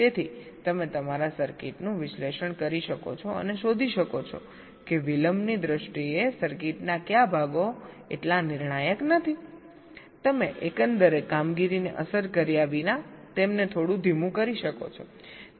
તેથી તમે તમારા સર્કિટનું વિશ્લેષણ કરી શકો છો અને શોધી શકો છો કે વિલંબની દ્રષ્ટિએ સર્કિટના કયા ભાગો એટલા નિર્ણાયક નથી તમે એકંદર કામગીરીને અસર કર્યા વિના તેમને થોડું ધીમું કરી શકો છો